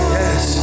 yes